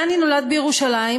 דני נולד בירושלים,